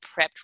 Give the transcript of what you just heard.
prepped